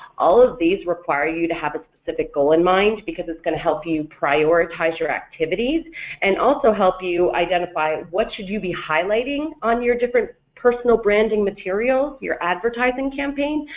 all of these require you to have a specific goal in mind because it's going to help you prioritize your activities and also help you identify what should you be highlighting on your different personal branding materials, your advertising campaign,